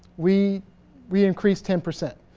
we we increased ten percent.